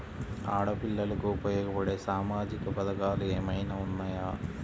ఆడపిల్లలకు ఉపయోగపడే సామాజిక పథకాలు ఏమైనా ఉన్నాయా?